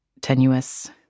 tenuous